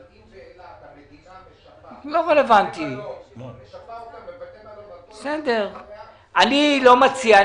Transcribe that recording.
אבל אם באילת המדינה משפה אותם בבתי מלון --- אני לא מציע.